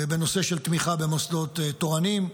בנושא של תמיכה במוסדות תורניים,